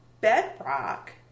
Bedrock